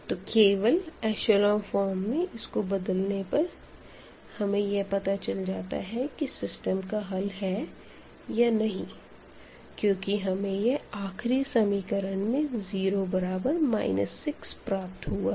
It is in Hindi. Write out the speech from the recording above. तो केवल एशलों फॉर्म में इसको बदलने पर हमें यह पता चल जाता है कि सिस्टम का हल है या नहीं क्योंकि हमें यह आखिरी इक्वेशन में 0 बराबर 6 प्राप्त हुआ है